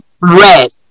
red